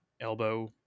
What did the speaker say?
elbow